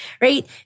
Right